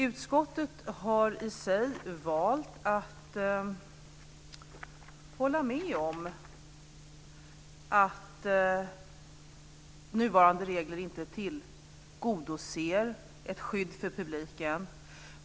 Utskottet har i sig valt att hålla med om att nuvarande regler inte tillgodoser ett skydd för publiken.